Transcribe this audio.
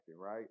right